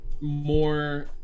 more